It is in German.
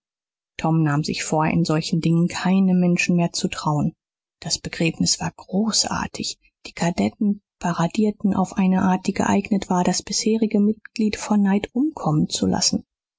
tom nahm sich vor in solchen dingen keinem menschen mehr zu trauen das begräbnis war großartig die kadetten paradierten auf eine art die geeignet war das bisherige mitglied vor neid umkommen zu lassen